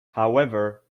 however